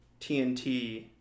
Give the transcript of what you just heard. TNT